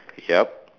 yup